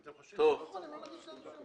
אל תגישו כתב אישום,